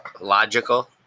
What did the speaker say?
logical